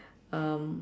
um